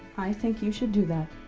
i think you should do that.